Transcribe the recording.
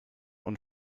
und